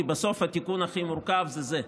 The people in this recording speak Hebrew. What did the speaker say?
כי בסוף התיקון הכי מורכב הוא זה,